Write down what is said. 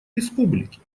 республики